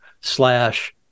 slash